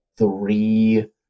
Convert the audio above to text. three